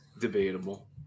debatable